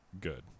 good